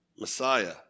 Messiah